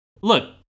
look